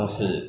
mm